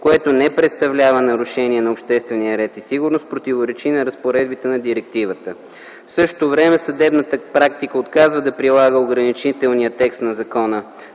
което не представлява нарушаване на обществения ред и сигурност, противоречи на разпоредбите на директивата. В същото време съдебната практика отказва да прилага ограничителния текст на Закона